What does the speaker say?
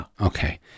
Okay